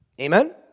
Amen